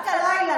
רק הלילה,